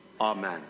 Amen